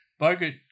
Bogut